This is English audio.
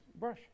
brush